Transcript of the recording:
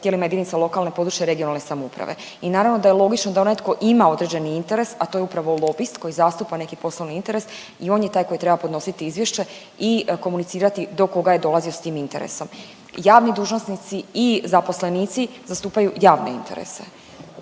tijelima jedinica lokalne i područne (regionalne) samouprave i naravno da je logično da onaj tko ima određeni interes, a to je upravo lobist koji zastupa neki poslovni interes, i on je taj koji treba podnositi izvješće i komunicirati do koga je dolazio s tim interesom, javni dužnosnici i zaposlenici zastupaju javne interese.